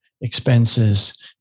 expenses